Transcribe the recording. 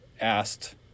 asked